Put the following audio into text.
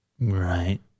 Right